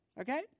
okay